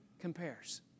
compares